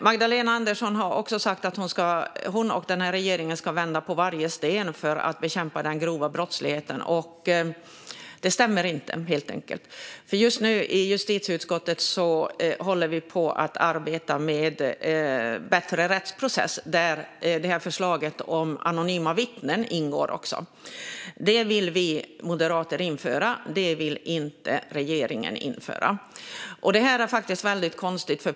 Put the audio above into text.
Magdalena Andersson har sagt att hon och den här regeringen ska vända på varje sten för att bekämpa den grova brottsligheten. Det stämmer helt enkelt inte. Just nu håller vi i justitieutskottet på att arbeta med en bättre rättsprocess. Där ingår förslaget om anonyma vittnen, som vi moderater vill införa. Det vill dock inte regeringen göra. Det här är faktiskt väldigt konstigt.